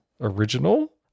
original